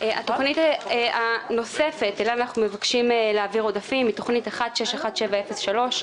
התוכנית הנוספת היא תוכנית 161703,